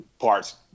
parts